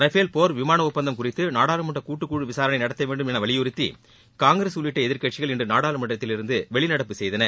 Rafale போர் விமான ஒப்பந்தம் குறித்து நாடாளுமன்ற கூட்டுக் குழு விசாரணை நடத்த வேண்டும் என்று வலியுறுத்தி காங்கிரஸ் உள்ளிட்ட எதிர்க்கட்சிகள் இன்று நாடாளுமன்றத்திலிருந்து வெளிநடப்பு செய்தன